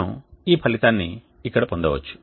మనం ఈ ఫలితాన్ని ఇక్కడ పొందవచ్చు